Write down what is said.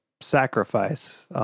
sacrifice